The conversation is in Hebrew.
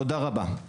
תודה רבה.